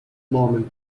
moment